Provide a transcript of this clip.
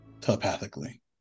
telepathically